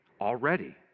already